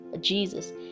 jesus